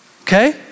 Okay